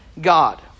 God